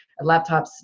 laptops